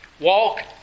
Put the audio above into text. Walk